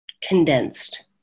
condensed